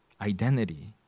identity